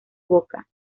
boca